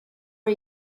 are